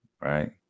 Right